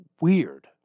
weird